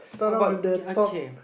how about okay